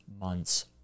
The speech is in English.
months